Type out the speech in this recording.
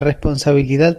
responsabilidad